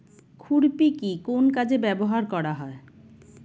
খুরপি কি কোন কাজে ব্যবহার করা হয়?